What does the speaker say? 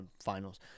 Finals